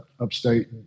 upstate